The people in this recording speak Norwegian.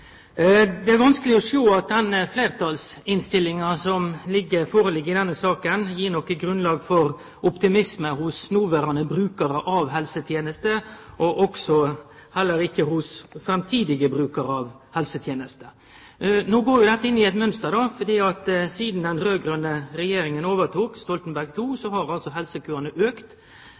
Det er vanskeleg å sjå at fleirtalsinnstillinga som ligg føre i denne saka, gir noko grunnlag for optimisme hos noverande brukarar av helsetenester, og det gjer ho vel heller ikkje hos framtidige brukarar av helsetenester. No går jo dette inn i eit mønster, for sidan den raud-grøne regjeringa overtok – Stoltenberg II – har helsekøane